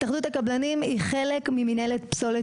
התאחדות הקבלנים היא חלק ממנהלת פסולת